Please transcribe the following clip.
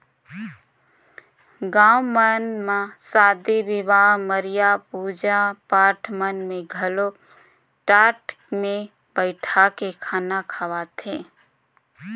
गाँव मन म सादी बिहाव, मरिया, पूजा पाठ मन में घलो टाट मे बइठाके खाना खवाथे